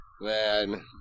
Man